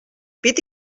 pit